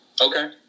Okay